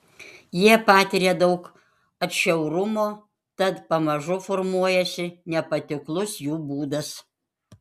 jie patiria daug atšiaurumo tad pamažu formuojasi nepatiklus jų būdas